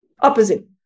Opposite